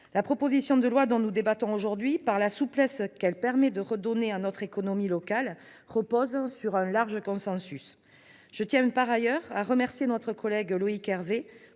La proposition de loi dont nous débattons aujourd'hui, par la souplesse qu'elle permet de redonner à notre économie locale, repose sur un large consensus. Je tiens d'ailleurs à remercier notre collègue Loïc Hervé